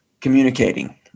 communicating